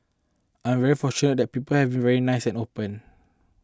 I am very fortunate that people have been very nice and open